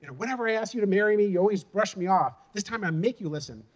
whenever i ask you to marry me, you always brush me off. this time i'm make you listen.